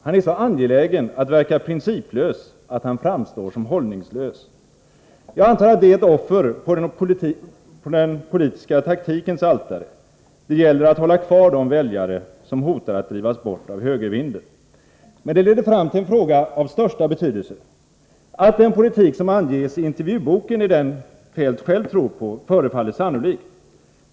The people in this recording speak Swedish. Han är så angelägen att verka principlös att han framstår som hållningslös. Jag antar att det är ett offer på den politiska taktikens altare. Det gäller att hålla kvar de väljare som hotar att drivas bort av högervinden. Detta leder emellertid fram till en fråga av största betydelse. Att den politik som anges i intervjuboken är den Feldt själv tror på förefaller sannolikt.